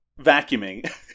vacuuming